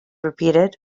repeated